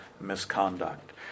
misconduct